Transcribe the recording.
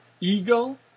ego